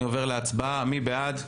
אני עובר להצבעה, מי בעד?